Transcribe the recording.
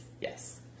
Yes